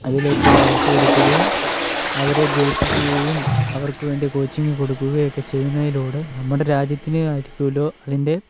അതിലേയ്ക്ക് വളർത്തിയെടുക്കുകയും അവരെ ജയിപ്പിക്കുകയും അവർക്ക് വേണ്ടി കോച്ചിങ് കൊടുക്കുകയും ഒക്കെ ചെയ്യുന്നതിലൂടെ നമ്മുടെ രാജ്യത്തിന് ആയിരിക്കുമല്ലോ അതിൻ്റെ